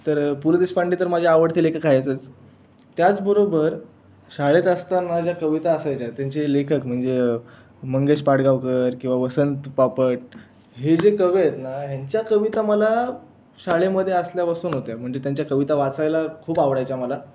तर पु ल देशपांडे तर माझे आवडते लेखक आहेतच त्याचबरोबर शाळेत असताना ज्या कविता असायच्या त्यांचे लेखक म्हणजे मंगेश पाडगावकर किंवा वसंत बापट हे जे कवी आहेत ना ह्यांची कविता मला शाळेमध्ये असल्यापासून होत्या म्हणजे त्यांच्या कविता वाचायला खूप आवडायच्या मला